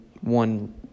one